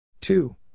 two